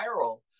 viral